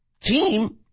Team